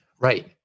Right